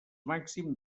màxim